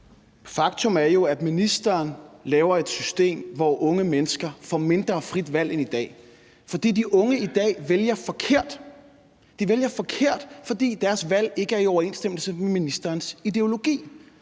Faktum er jo, at ministeren laver et system, hvor unge mennesker får mindre frit valg end i dag, fordi de unge i dag vælger forkert. De vælger forkert, fordi deres valg ikke er i overensstemmelse med ministerens ideologi.